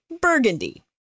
burgundy